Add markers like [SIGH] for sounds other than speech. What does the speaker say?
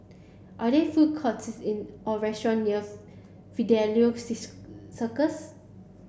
are there food courts in or restaurant near [UNINTELLIGIBLE] Fidelio [UNINTELLIGIBLE] Circus